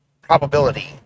probability